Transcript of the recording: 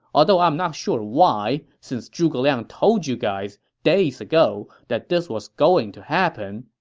ah though i'm not sure why, since zhuge liang told you guys days ago that this was going to happen.